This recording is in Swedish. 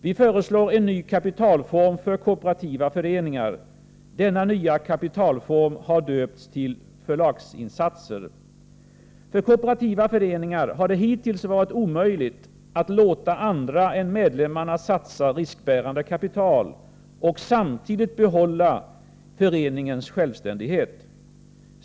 Vi föreslår en ny kapitalform för kooperativa föreningar. Denna nya kapitalform har döpts till förlagsinsatser. För kooperativa föreningar har det hittills varit omöjligt att låta andra än medlemmarna satsa riskbärande kapital och samtidigt behålla föreningens självständighet.